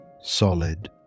solid